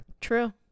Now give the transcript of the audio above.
True